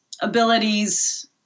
abilities